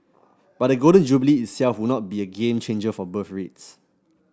but the Golden Jubilee itself would not be a game changer for birth rates